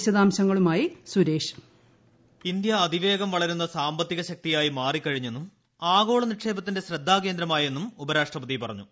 വിശദാംശങ്ങളുമായി Suresh voice India അതിവേഗം വളരുന്ന സാമ്പത്തിക ശക്തിയായി മാറിക്കഴിഞ്ഞെന്നും ആഗോള നിക്ഷേപത്തിന്റെ ശ്രദ്ധാകേന്ദ്രമായെന്നും ഉപരാഷ്ട്രപതിക്ക പറഞ്ഞു